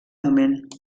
moment